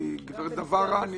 גברת דברה,